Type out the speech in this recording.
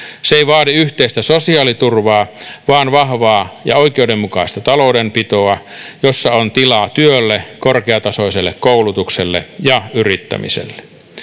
se ei vaadi yhteistä sosiaaliturvaa vaan vahvaa ja oikeudenmukaista taloudenpitoa jossa on tilaa työlle korkeatasoiselle koulutukselle ja yrittämiselle